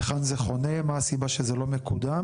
היכן זה חונה, מה הסיבה שזה לא מקודם?